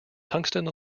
tungsten